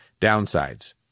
downsides